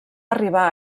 arribar